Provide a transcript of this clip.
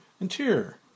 interior